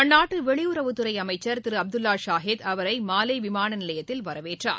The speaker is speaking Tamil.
அந்நாட்டுவெளியுறவுத்துறைஅமைச்சர் திருஅப்துல்லாசாஹித் அவரைமாலேவிமானநிலையத்தில் வரவேற்றார்